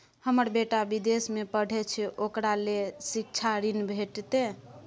हमर बेटा विदेश में पढै छै ओकरा ले शिक्षा ऋण भेटतै?